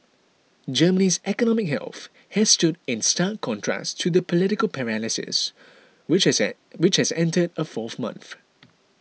Germany's economic health has stood in stark contrast to the political paralysis which has a which has entered a fourth month